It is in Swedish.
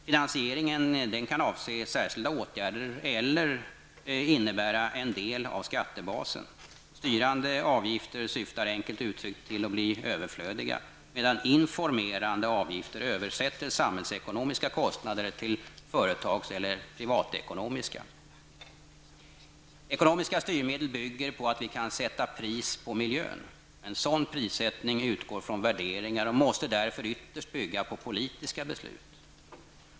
Finansieringen kan avse särskilda åtgärder eller vara en del av skattebasen. Styrande avgifter syftar enkelt uttryckt till att bli överflödiga, medan informerande avgifter översätter samhällsekonomiska kostnader till företagskostnader eller privatekonomiska kostnader. Ekonomiska styrmedel bygger på att vi kan sätta pris på miljön. En sådan prissättning utgår från värderingar, och den måste därför ytterst bygga på politiska beslut.